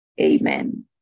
amen